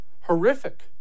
horrific